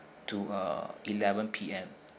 to uh eleven P_M